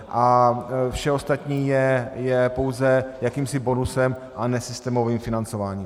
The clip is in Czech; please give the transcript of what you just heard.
A vše ostatní je pouze jakýmsi bonusem, ale ne systémovým financováním.